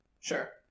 Sure